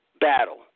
battle